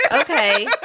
Okay